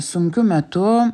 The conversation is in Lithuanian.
sunkiu metu